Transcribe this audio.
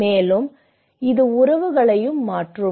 மேலும் இது உறவுகளையும் மாற்றும்